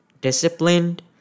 disciplined